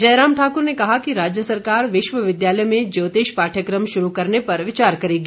जयराम ठाकूर ने कहा कि राज्य सरकार विश्वविद्यालय में ज्योतिष पाठ्यक्रम शुरू करने पर विचार करेगी